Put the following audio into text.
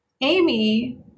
Amy